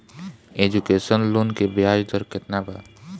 Education loan की ब्याज दर केतना बा?